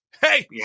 Hey